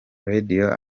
radiyo